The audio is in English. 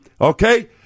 okay